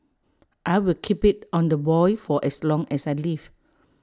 I'll keep IT on the boil for as long as I live